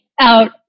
out